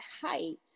height